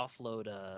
offload